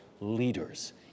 leaders